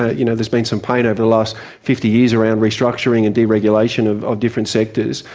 ah you know, there's been some pain over the last fifty years around restructuring and deregulation of of different sectors,